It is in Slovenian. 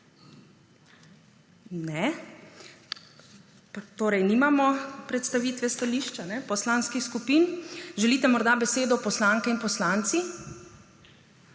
(Ne.) Torej ni predstavitve stališč poslanskih skupin. Želite morda besedo poslanke in poslanci?